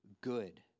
good